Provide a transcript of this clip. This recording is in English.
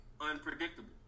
unpredictable